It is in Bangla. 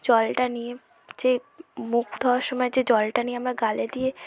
জলটা নিয়ে যে মুখ ধোয়ার সময় যে জলটা নিয়ে আমরা গালে দিয়ে